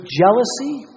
jealousy